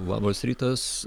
labas rytas